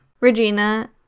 Regina